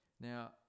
Now